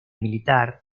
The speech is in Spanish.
militar